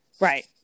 right